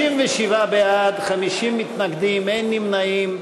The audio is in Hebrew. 37 בעד, 50 מתנגדים, אין נמנעים.